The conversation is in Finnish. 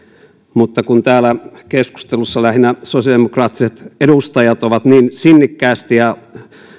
mutta kun täällä keskustelussa lähinnä sosiaalidemokraattiset edustajat ovat niin sinnikkäästi ja